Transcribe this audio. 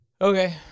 Okay